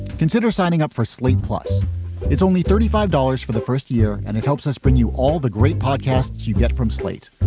consider signing up for slate plus it's only thirty five dollars for the first year and it helps us bring you all the great podcasts you get from slate.